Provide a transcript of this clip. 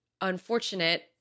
unfortunate